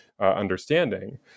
understanding